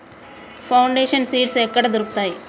Foundation seeds ఎక్కడ దొరుకుతాయి?